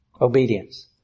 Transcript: Obedience